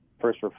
first